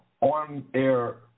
on-air